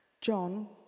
John